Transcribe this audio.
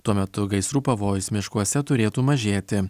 tuo metu gaisrų pavojus miškuose turėtų mažėti